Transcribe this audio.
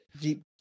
deep